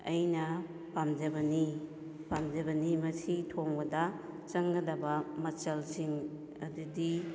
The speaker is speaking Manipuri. ꯑꯩꯅ ꯄꯥꯝꯖꯕꯅꯤ ꯄꯥꯝꯖꯕꯅꯤ ꯃꯁꯤ ꯊꯣꯡꯕꯗ ꯆꯪꯒꯗꯕ ꯃꯆꯜꯁꯤꯡ ꯑꯗꯨꯗꯤ